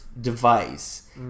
device